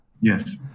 Yes